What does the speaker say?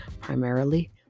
primarily